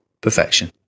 perfection